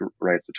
right